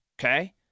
okay